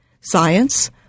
science